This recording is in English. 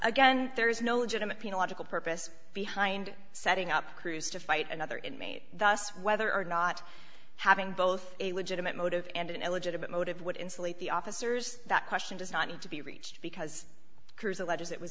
again there is no legitimate pain a logical purpose behind setting up crews to fight another inmate thus whether or not having both a legitimate motive and an illegitimate motive would insulate the officers that question does not need to be reached because cruz alleges it was